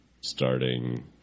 starting